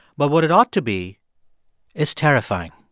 but what it ought to be is terrifying.